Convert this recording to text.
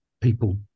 people